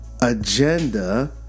Agenda